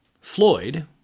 Floyd